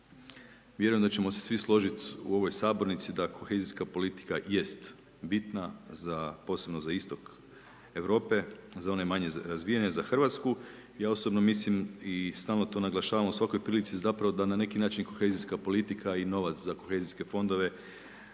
Vjerujem da ćemo se svi složiti u ovoj sabornici da Koehzijska politika jest bitna, za posebno za istok Europe, za one manje razvijene za Hrvatsku ja osobno mislim i stalno to naglašavam u svakoj prilici zapravo da na neki Kohezijska politika i novac za Koehzijske fondove